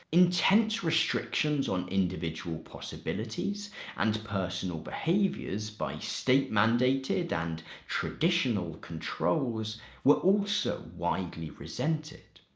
intense restrictions on individual possibilities and personal behaviors by state-mandated and traditional controls were also widely resented.